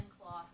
cloth